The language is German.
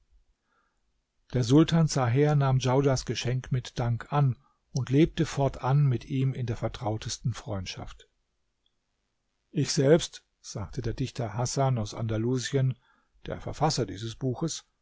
der sultan zaher nahm djaudars geschenk mit dank an und lebte fortan mit ihm in der vertrautesten freundschaft ich selbst sagte der dichter hasan aus andalusien der verfasser dieses buches